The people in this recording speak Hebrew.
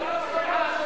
הממשלה מפריעה בכנסת.